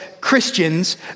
Christians